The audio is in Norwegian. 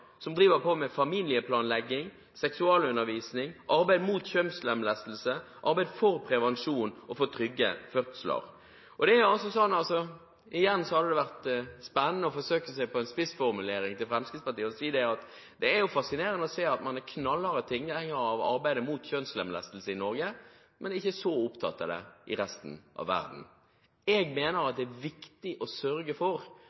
som driver med familieplanlegging, seksualundervisning, arbeid mot kjønnslemlestelse og arbeid for prevensjon og for trygge fødsler. Igjen hadde det vært spennende å forsøke seg på en spissformulering rettet mot Fremskrittspartiet, og si at det er fascinerende å se at man er knallharde tilhengere av arbeidet mot kjønnslemlestelse i Norge, men ikke så opptatt av det i resten av verden. Jeg